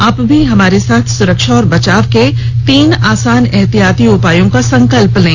आप भी हमारे साथ सुरक्षा और बचाव के तीन आसान एहतियाती उपायों का संकल्प लें